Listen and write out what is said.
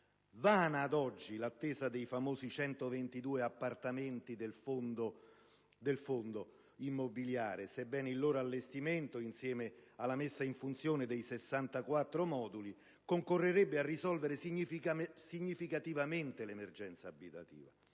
Vana ad oggi l'attesa dei famosi 122 appartamenti del fondo immobiliare, sebbene il loro allestimento, insieme alla messa in funzione dei 64 moduli, concorrerebbe a risolvere significativamente l'emergenza abitativa.